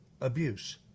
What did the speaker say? abuse